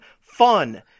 Fun